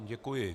Děkuji.